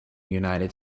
united